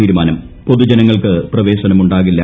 തീരുമാനം പൊതുജനങ്ങൾക്ക് പ്രവേശനമുണ്ടാകില്ല